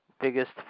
biggest